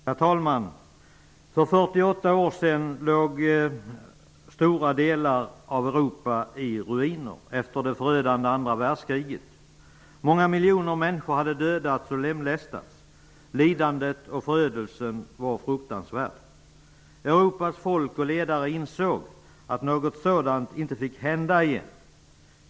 Herr talman! För 48 år sedan låg stora delar av Europa i ruiner efter det förödande andra världskriget. Många miljoner människor hade dödats och lemlästats. Lidandet och förödelsen var fruktansvärda. Europas folk och ledare insåg att något sådant inte fick hända igen.